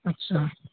आच्चा